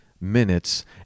minutes